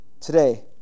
today